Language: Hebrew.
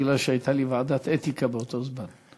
בגלל שהייתה לי ועדת אתיקה באותו זמן.